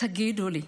תגידו לי,